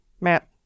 Matt